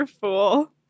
fool